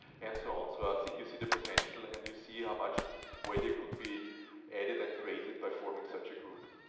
and so on. so i think you see the potential and you see how much it could be added and created by forming such a group.